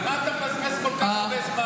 על מה אתה מבזבז כל כך הרבה זמן?